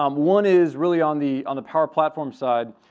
um one is really on the on the power platform side,